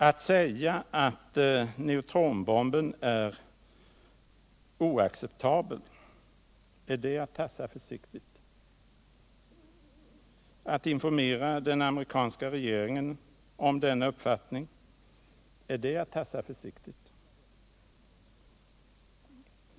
Att säga att neutronbomben är oacceptabel, är det att tassa försiktigt? Att informera den amerikanska regeringen om denna uppfattning, är det att tassa försiktigt?